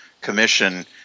commission